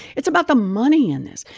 it's about the money in this.